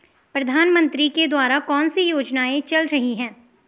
प्रधानमंत्री के द्वारा कौनसी योजनाएँ चल रही हैं?